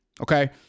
Okay